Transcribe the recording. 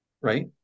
right